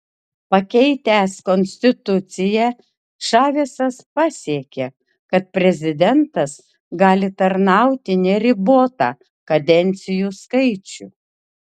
pakeitęs konstituciją čavesas pasiekė kad prezidentas gali tarnauti neribotą kadencijų skaičių